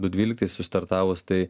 du dvyliktais sustartavus tai